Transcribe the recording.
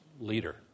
leader